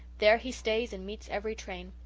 there he stays and meets every train.